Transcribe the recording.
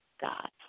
God